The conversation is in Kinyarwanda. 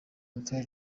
michael